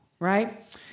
right